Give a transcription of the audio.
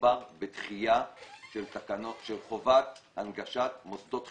מדובר בדחייה של תקנות של חובת הנגשת מוסדות בריאות.